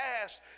past